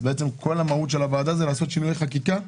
אז בעצם כל המהות של הוועדה זה לעשות שינויי חקיקה?